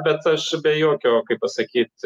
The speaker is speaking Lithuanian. bet aš be jokio kaip pasakyt